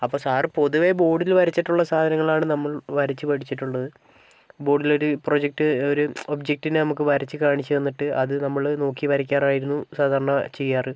അപ്പോ സാറ് പൊതുവെ ബോർഡിൽ വരച്ചിട്ടുള്ള സാധനങ്ങളാണ് നമ്മൾ വരച്ചു പഠിച്ചിട്ടുള്ളത് ബോർഡിൽ ഒരു പ്രൊജക്റ്റ് ഒരു ഒബ്ജെക്ടിനെ നമുക്ക് വരച്ച് കാണിച്ച് തന്നിട്ട് അത് നമ്മൾ നോക്കി വരയ്ക്കാറായിരുന്നു സാധാരണ ചെയ്യാറ്